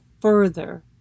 further